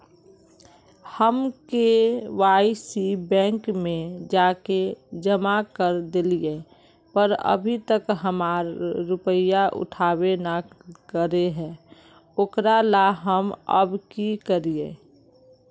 हम KYC bank में जाके जमा कर देलिए पर अभी तक हमर रुपया उठबे न करे है ओकरा ला हम अब की करिए?